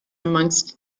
amongst